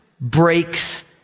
breaks